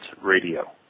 radio